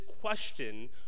question